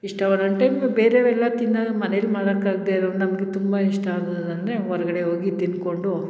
ಇಷ್ಟ ಒಂದೊಂದು ಟೈಮ್ ಬೇರೆವೆಲ್ಲ ತಿನ್ನೋದು ಮನೆಲೆ ಮಾಡೋಕ್ಕಾಗ್ದೆ ಇರೋ ನಮಗೆ ತುಂಬ ಇಷ್ಟ ಆಗೋದೆಂದ್ರೆ ಹೊರ್ಗಡೆ ಹೋಗಿ ತಿಂದ್ಕೊಂಡು